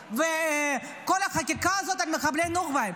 וכל החקיקה הזאת על מחבלי הנוח'בה.